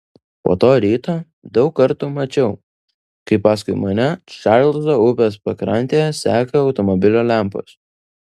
po to ryto daug kartų mačiau kaip paskui mane čarlzo upės pakrantėje seka automobilio lempos